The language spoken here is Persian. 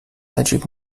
عجیب